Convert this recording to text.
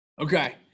Okay